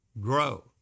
grow